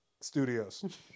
Studios